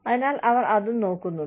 അതിനാൽ അവർ അതും നോക്കുന്നുണ്ട്